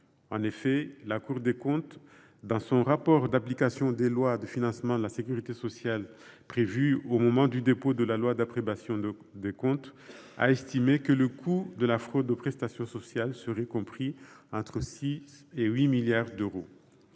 ailleurs, la Cour des comptes, dans son rapport d’application des lois de financement de la sécurité sociale prévu au moment du dépôt de la loi d’approbation des comptes, a estimé que le coût de la fraude aux prestations sociales serait compris entre 6 milliards d’euros